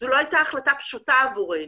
זו לא הייתה החלטה פשוטה עבורנו.